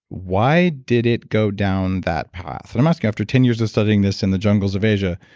why did it go down that path? and i'm asking after ten years of studying this in the jungles of asia,